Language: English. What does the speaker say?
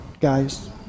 guys